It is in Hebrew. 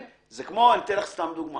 אני אתן לך סתם דוגמה